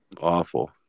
Awful